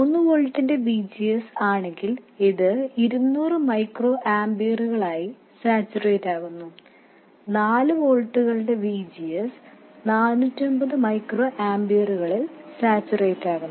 3 വോൾട്ടിന്റെ VGS ആണെങ്കിൽ ഇത് 200 മൈക്രോ ആമ്പിയറുകളായി സാച്ചുറേറ്റാകുന്നു നാല് വോൾട്ടുകളുടെ VGS 450 മൈക്രോ ആമ്പിയറുകളിൽ സാച്ചുറേറ്റാകുന്നു